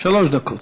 שלוש דקות.